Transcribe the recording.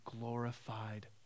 glorified